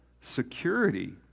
security